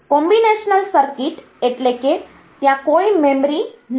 combinational circuit એટલે કે ત્યાં કોઈ મેમરી નથી